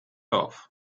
off